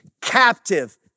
captive